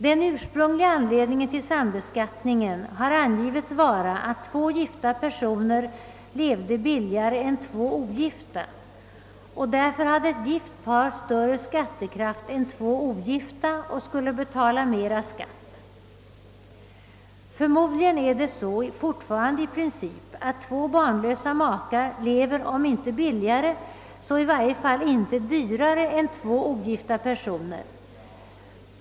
Den ursprungliga anledningen till sambeskattningen har angivits vara att två gifta personer kan leva billigare än två ogifta. Därför hade ett gift par större skattekraft än två ogifta personer och skulle alltså betala mera skatt. Förmodligen är det alltjämt i princip så att två barnlösa makar lever om inte billigare så i varje fall inte dyrare än två ogifta personer.